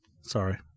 Sorry